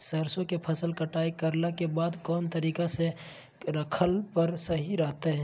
सरसों के फसल कटाई करला के बाद कौन तरीका से रखला पर सही रहतय?